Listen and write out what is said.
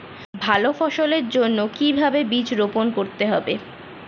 ভালো ফসলের জন্য কিভাবে বীজ বপন করতে হবে?